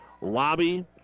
Lobby